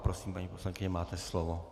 Prosím, paní poslankyně, máte slovo.